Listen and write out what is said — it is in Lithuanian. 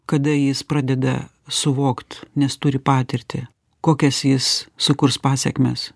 kada jis pradeda suvokt nes turi patirtį kokias jis sukurs pasekmes